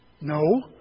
No